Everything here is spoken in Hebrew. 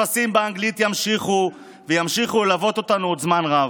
והטפסים באנגלית ימשיכו ללוות אותנו עוד זמן רב.